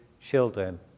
children